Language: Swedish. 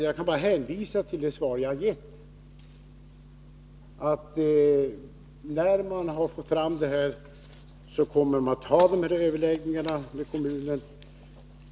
Jag kan bara hänvisa till det svar som jag har gett — när SJ har fått fram utredningsmaterialet, kommer SJ att ha dessa överläggningar med kommunen.